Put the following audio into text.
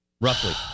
Roughly